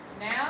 Now